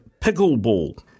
pickleball